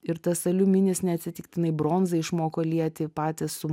ir tas aliuminis neatsitiktinai bronzą išmoko lieti patys su